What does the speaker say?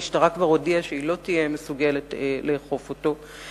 המשטרה כבר הודיעה שהיא לא תהיה מסוגלת לאכוף אותו.